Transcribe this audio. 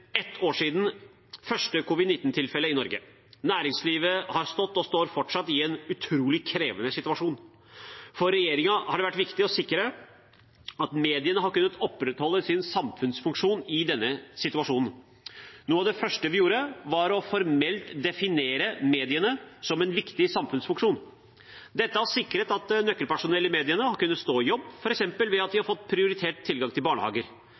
ett år siden det første covid-19-tilfellet i Norge. Næringslivet har stått, og står fortsatt, i en utrolig krevende situasjon. For regjeringen har det vært viktig å sikre at mediene har kunnet opprettholde sin samfunnsfunksjon i denne situasjonen. Noe av det første vi gjorde, var formelt å definere mediene som en viktig samfunnsfunksjon. Dette har sikret at nøkkelpersonell i mediene har kunnet stå i jobb, f.eks. ved at de har fått prioritert tilgang til barnehager.